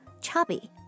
chubby